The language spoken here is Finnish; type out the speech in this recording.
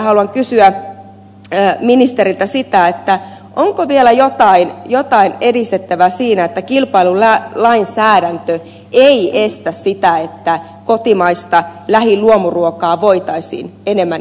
haluan kysyä ministeriltä sitä onko vielä jotain edistettävää siinä että kilpailulainsäädäntö ei estä sitä että kotimaista lähi luomuruokaa voitaisiin enemmän edistää